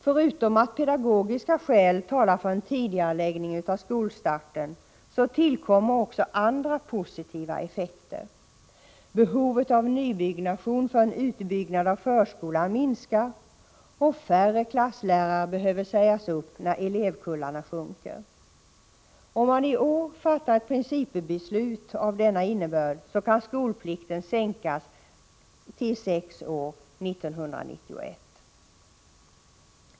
Förutom att pedagogiska skäl talar för en tidigareläggning av skolstarten tillkommer också andra positiva effekter. Behovet av nybyggnation för en utbyggnad av förskolan minskar, och färre klasslärare behöver sägas upp på grund av att elevkullarna blir mindre. Om man i år fattar ett principbeslut av den innebörd vi förespråkar kan skolpliktsåldern sänkas till sex år 1991.